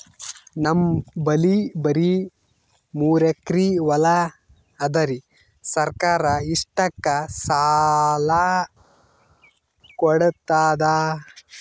ನಮ್ ಬಲ್ಲಿ ಬರಿ ಮೂರೆಕರಿ ಹೊಲಾ ಅದರಿ, ಸರ್ಕಾರ ಇಷ್ಟಕ್ಕ ಸಾಲಾ ಕೊಡತದಾ?